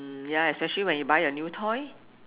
ya especially when you buy a new toy